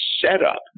setup